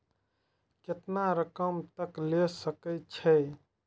केतना रकम तक ले सके छै?